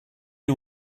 you